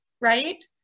right